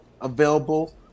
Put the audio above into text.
available